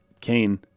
Cain